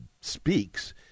speaks